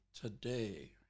today